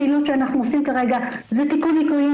הפעילות שאנחנו עושים כרגע זה תיקון ליקויים